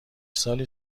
سالی